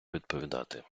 відповідати